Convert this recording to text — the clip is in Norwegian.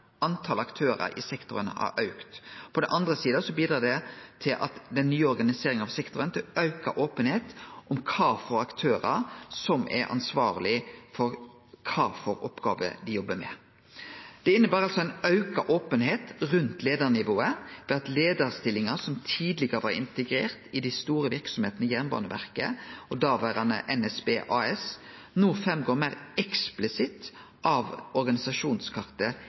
andre sida bidreg den nye organiseringa i sektoren til auka openheit om kva for aktørar som er ansvarlege for kva for oppgåver. Det inneber ei auka openheit rundt leiarnivået ved at leiarstillingar som tidlegare var integrerte i dei store verksemdene i Jernbaneverket og daverande NSB AS, no går fram meir eksplisitt av